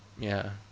ya